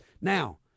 Now